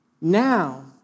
Now